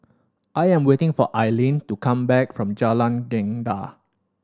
I am waiting for Ailene to come back from Jalan Gendang